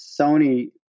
Sony